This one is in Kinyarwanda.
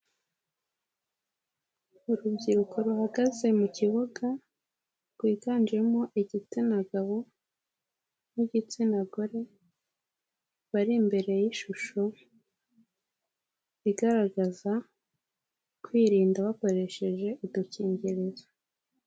Urubyiruko ruhagaze mu kibuga rwiganjemo igitsina gabo n'igitsina gore bari imbere y'ishusho igaragaza kwirinda bakoresheje udukingirizo.